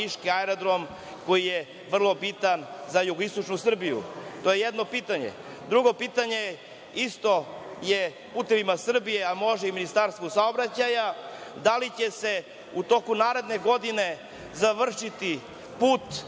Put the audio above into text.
koji je vrlo bitan za jugoistočnu Srbiju. Drugo pitanje je upućeno Putevima Srbije, a može i Ministarstvu saobraćaja – da li će se u toku naredne godine završiti put